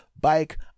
bike